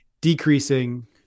decreasing